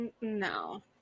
no